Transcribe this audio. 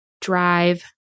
drive